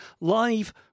live